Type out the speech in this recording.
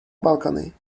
balcony